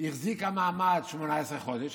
החזיקה מעמד 18 חודש.